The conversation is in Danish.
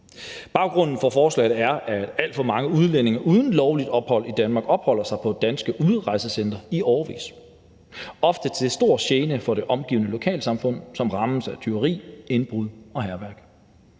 Baggrunden for forslaget er, at alt for mange udlændinge uden lovligt ophold i Danmark opholder sig på danske udrejsecentre i årevis, ofte til stor gene for det omgivende lokalsamfund, som rammes af tyveri, indbrud og hærværk.